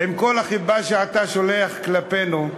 עם כל החיבה שאתה שולח כלפינו,